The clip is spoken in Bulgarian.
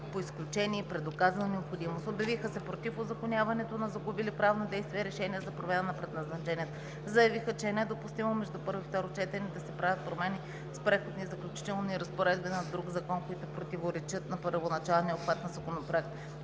по изключение и при доказана необходимост. Обявиха се против узаконяването на загубили правно действие решения за промяна на предназначението. Заявиха, че е недопустимо между първо и второ четене да се правят промени с Преходни и заключителни разпоредби на друг закон, които противоречат на първоначалния обхват на Законопроекта.